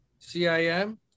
CIM